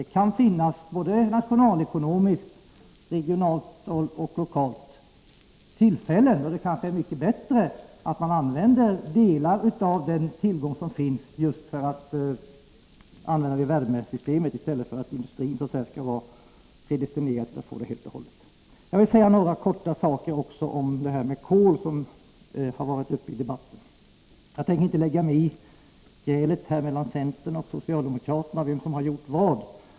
Det kan nämligen både nationalekonomiskt, regionalt och lokalt finnas tillfällen då det kanske är mycket bättre att använda delar av den tillgång som finns just för användning i värmesystem, i stället för att industrin skall vara predestinerad att få bränslet helt och hållet. Jag vill säga några få ord om detta med kol, som har varit uppe i debatten. Jag tänker inte lägga mig i grälet mellan centern och socialdemokraterna om vem som har gjort vad.